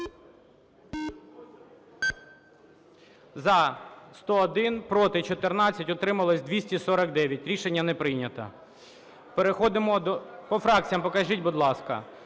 За-101 Проти – 14, утримались – 249. Рішення не прийнято. Переходимо до… По фракціям покажіть, будь ласка.